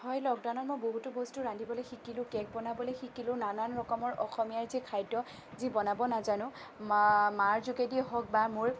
হয় লকডাউনত মই বহুতো বস্তু ৰান্ধিবলৈ শিকিলোঁ কেক বনাবলৈ শিকিলোঁ আৰু নানান ৰকমৰ অসমীয়াৰ যি খাদ্য যি বনাব নাজানোঁ মাৰ যোগেদিয়ে হওঁক বা মোৰ